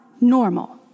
normal